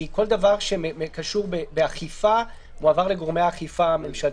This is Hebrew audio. כל דבר שקשור באכיפה מועבר לגורמי האכיפה הממשלתיים.